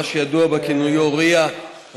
מה שידוע בכינוי RIA,